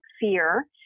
fear